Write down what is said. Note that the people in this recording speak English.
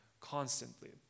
Constantly